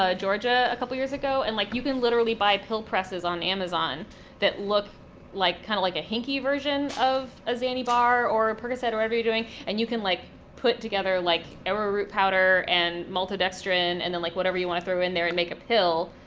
georgia a couple years ago. and like you can literally buy pill presses on amazon that look like kind of like a hinky version of a zani bar or a percocet or whatever you're doing, and you can like put together like arrow root powder, and maltodextrin, and then like whatever you want to throw in there, and make a pill,